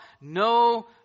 no